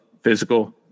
physical